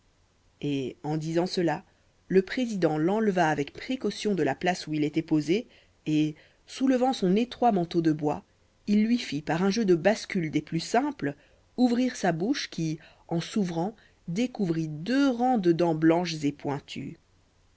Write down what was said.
et en disant cela le président l'enleva avec précaution de la place où il était posé et soulevant son étroit manteau de bois il lui fit par un jeu de bascule des plus simples ouvrir sa bouche qui en s'ouvrant découvrit deux rangs de dents blanches et pointues